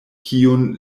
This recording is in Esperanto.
kiun